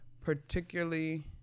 particularly